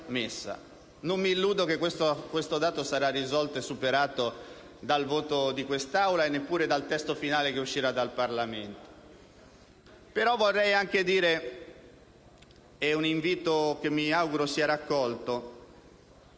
Non mi illudo che questo dato sarà risolto e superato dal voto di quest'Assemblea e neppure dal testo finale che uscirà dal Parlamento.